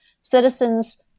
citizens